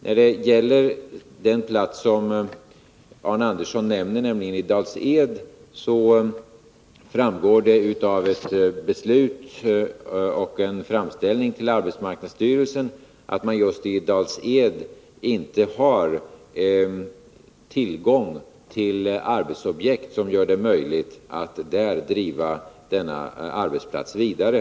När det gäller den plats som Arne Andersson nämner, nämligen Dals-Ed, framgår det av ett beslut med anledning av en framställning till arbetsmarknadsstyrelsen att man just där inte har tillgång till arbetsobjekt som gör det möjligt att driva denna arbetsplats vidare.